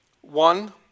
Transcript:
One